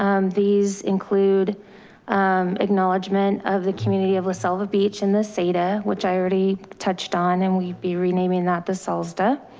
um these include acknowledgement of the community of lasalvia beach and this data, which i already touched on. and we'd be renaming that this all sta.